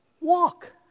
walk